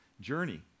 journey